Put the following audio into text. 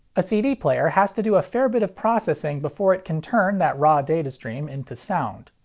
a cd player has to do a fair bit of processing before it can turn that raw data stream into sound.